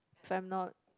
if I'm not